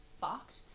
fucked